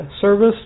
service